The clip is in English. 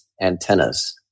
antennas